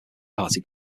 party